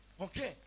Okay